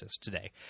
today